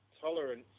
tolerance